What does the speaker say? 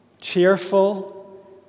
cheerful